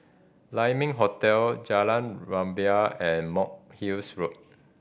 Lai Ming Hotel Jalan Rumbia and Monk Hill's Road